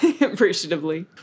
appreciatively